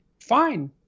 fine